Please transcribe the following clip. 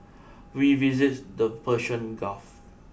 we visited the Persian Gulf